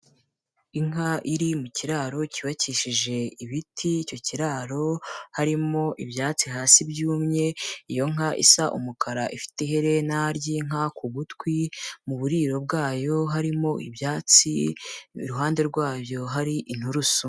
Inka iri mu kiraro cyubakishije ibiti, icyo kiraro harimo ibyatsi hasi byumye, iyo nka isa umukara, ifite iherena ry'inka ku gutwi, mu buriro bwayo harimo ibyatsi, iruhande rwabyo hari inturusu.